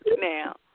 now